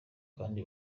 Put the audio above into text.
kandi